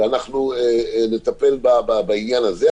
ואנחנו נטפל בעניין הזה.